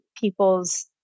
people's